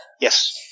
Yes